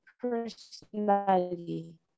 personally